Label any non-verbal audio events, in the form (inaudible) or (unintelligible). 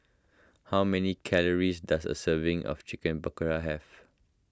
how many calories does a serving of Chicken (unintelligible) have